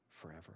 forever